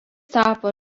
tapo